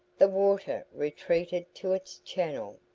the water retreated to its channel.